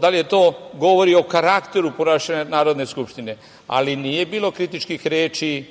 Da li to govori o karakteru ponašanja Narodne skupštine? Ali nije bilo kritičkih reči,